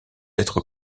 être